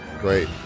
great